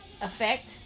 effect